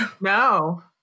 No